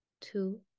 two